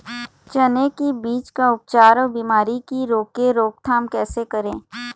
चने की बीज का उपचार अउ बीमारी की रोके रोकथाम कैसे करें?